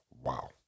Wow